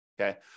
okay